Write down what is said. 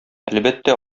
әлбәттә